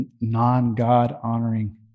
non-God-honoring